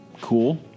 cool